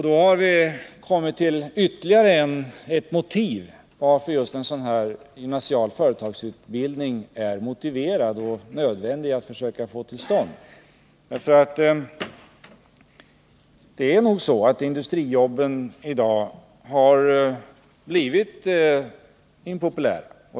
Då finner vi ytterligare ett motiv till att försöka få till stånd en gymnasial företagsutbildning. Det är nu så att industrijobben i dag är impopulära.